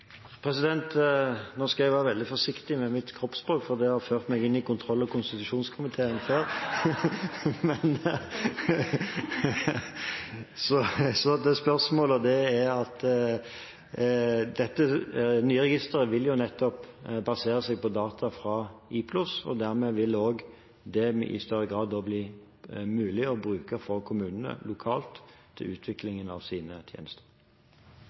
Nå skal jeg være veldig forsiktig med kroppsspråket mitt, for det har ført meg inn i kontroll- og konstitusjonskomiteen før Det nye registeret vil basere seg på data fra nettopp IPLOS. Dermed vil det i større grad bli mulig for kommunene å bruke det lokalt i utviklingen av sine tjenester.